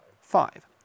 five